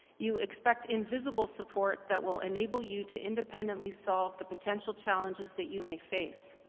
you expect invisible support that will enable you to independently solve the potential challenges that you may face.